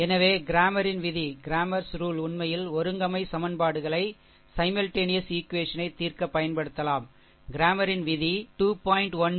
எனவே க்ரேமரின் விதிCramer's rule உண்மையில் ஒருங்கமை சமன்பாடுகளை தீர்க்க பயன்படுத்தப்படலாம் க்ரேமரின் விதிCramer's ruleப்படி 2